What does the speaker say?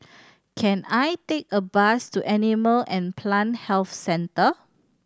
can I take a bus to Animal and Plant Health Centre